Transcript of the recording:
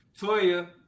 Toya